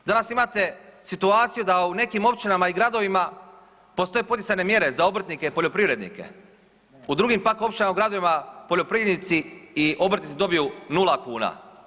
Danas imate situaciju da u nekim općinama i gradovima postoje poticajne mjere za obrtnike i poljoprivrednike u drugim pak općinama i gradovima poljoprivrednici i obrtnici dobiju nula kuna.